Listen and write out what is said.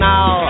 Now